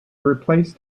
replaced